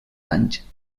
anys